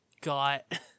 got